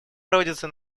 проводится